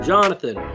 Jonathan